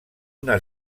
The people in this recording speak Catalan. una